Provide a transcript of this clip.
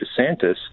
DeSantis